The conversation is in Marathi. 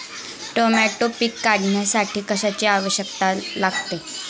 टोमॅटो पीक काढण्यासाठी कशाची आवश्यकता लागते?